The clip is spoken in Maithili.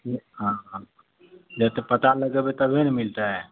हँ हँ से तऽ पता लगेबै तबहे ने मिलतै